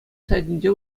сайтӗнче